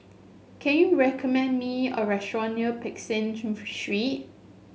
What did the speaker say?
can you recommend me a restaurant near Peck Street